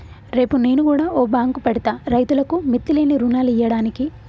రేపు నేను గుడ ఓ బాంకు పెడ్తా, రైతులకు మిత్తిలేని రుణాలియ్యడానికి